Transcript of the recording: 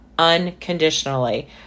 unconditionally